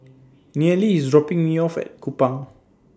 Nealie IS dropping Me off At Kupang